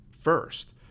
first